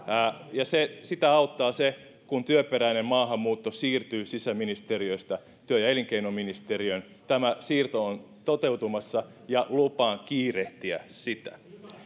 ja sitä auttaa se että työperäinen maahanmuutto siirtyy sisäministeriöstä työ ja elinkeinoministeriöön tämä siirto on toteutumassa ja lupaan kiirehtiä sitä